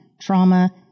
trauma